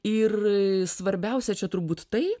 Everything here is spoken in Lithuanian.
ir svarbiausia čia turbūt tai